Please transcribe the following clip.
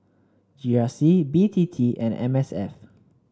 G R C B T T and M S F